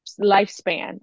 lifespan